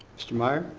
mr. meyer.